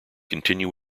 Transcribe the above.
continue